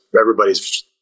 everybody's